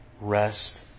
rest